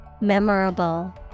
Memorable